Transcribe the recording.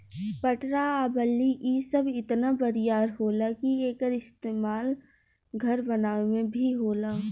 पटरा आ बल्ली इ सब इतना बरियार होला कि एकर इस्तमाल घर बनावे मे भी होला